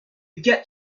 get